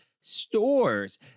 stores